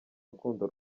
rukundo